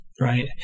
Right